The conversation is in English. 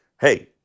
Hey